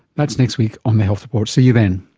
that's next week on the health report, see you then